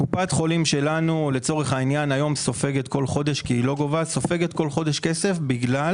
קופת החולים שלנו סופגת כל חודש כי היא לא גובה סופגת כסף בגלל